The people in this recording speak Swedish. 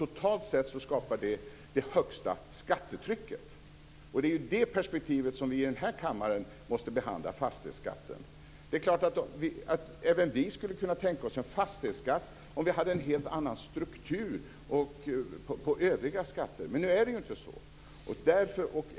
Totalt sett skapar detta det högsta skattetrycket, och det är i det perspektivet som vi i den här kammaren måste behandla fastighetsskatten. Även vi moderater skulle förstås kunna tänka oss en fastighetsskatt om vi hade en helt annan struktur på övriga skatter. Men nu är det ju inte så.